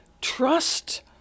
trust